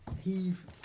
heave